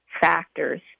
factors